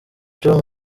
joe